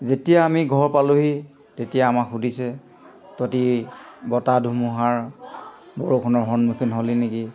যেতিয়া আমি ঘৰ পালোঁহি তেতিয়া আমাক সুধিছে তহঁতি বতাহ ধুমুহাৰ বৰষুণৰ সন্মুখীন হ'লি নেকি